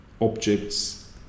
objects